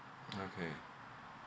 okay